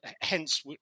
Hence